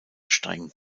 streng